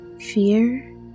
Fear